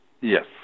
Yes